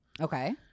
Okay